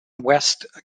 west